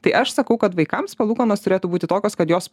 tai aš sakau kad vaikams palūkanos turėtų būti tokios kad jos